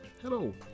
Hello